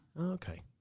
Okay